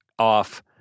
off